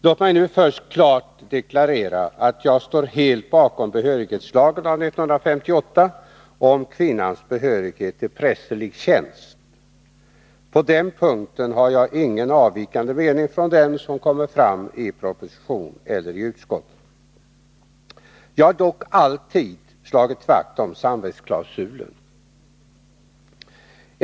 Låt mig först klart deklarera att jag står helt bakom 1958 års lag om kvinnans behörighet till prästerlig tjänst. På den punkten har jag ingen avvikande mening från den som kommer fram i proposition eller utskott. Jag har dock alltid slagit vakt om samvetsklausulen.